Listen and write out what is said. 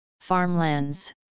Farmlands